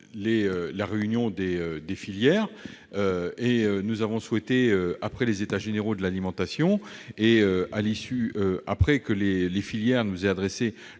la réunion des filières. Nous avons souhaité, après les États généraux de l'alimentation, et après que les filières nous ont adressé